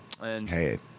Hey